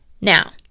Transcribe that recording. now